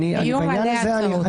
היו מלא הצעות.